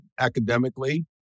academically